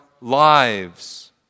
lives